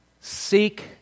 Seek